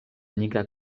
nigra